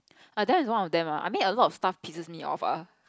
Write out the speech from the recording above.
err that is one of them ah I mean a lot of stuff pisses me off ah